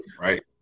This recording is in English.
right